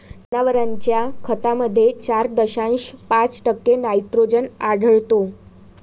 जनावरांच्या खतामध्ये चार दशांश पाच टक्के नायट्रोजन आढळतो